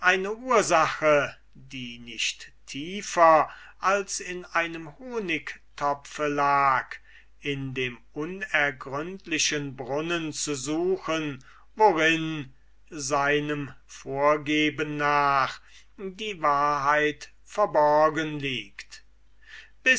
eine ursache die nicht tiefer als in einem honigtopfe lag in dem unergründlichen brunnen zu suchen worin seinem vorgehen nach die wahrheit verborgen liegt